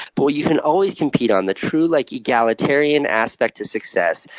but what you can always compete on, the true like egalitarian aspect to success,